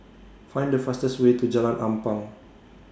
Find The fastest Way to Jalan Ampang